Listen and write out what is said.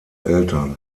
eltern